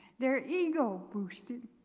their ego boosted.